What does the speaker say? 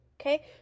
okay